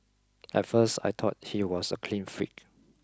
at first I thought he was a clean freak